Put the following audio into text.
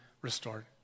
restored